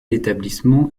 établissement